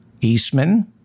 Eastman